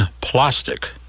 plastic